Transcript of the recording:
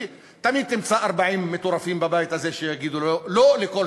כי תמיד תמצא 40 מטורפים בבית הזה שיגידו "לא" לכל